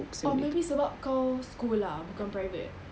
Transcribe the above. or maybe sebab kau sekolah bukan private